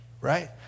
right